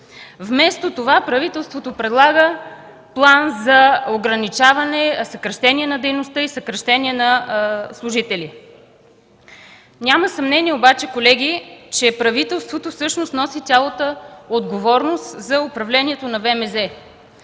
Вместо това правителството предлага План за ограничаване, съкращение на дейността и съкращения на служители. Няма съмнение обаче, колеги, че правителството всъщност носи цялата отговорност за управлението на ВМЗ